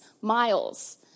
miles